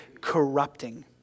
corrupting